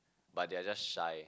but they are just shy